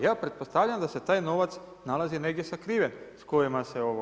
Ja pretpostavljam da se taj novac nalazi negdje sakriven s kojima se živi.